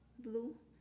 blue